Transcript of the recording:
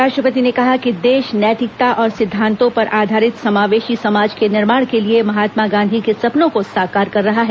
राष्ट्रपति ने कहा कि देश नैतिकता और सिद्धांतों पर आधारित समावेशी समाज के निर्माण के लिए महात्मा गांधी के सपनों को साकार कर रहा है